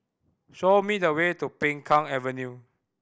show me the way to Peng Kang Avenue